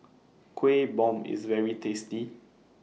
Kueh Bom IS very tasty